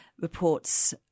reports